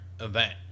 event